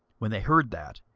when they heard that,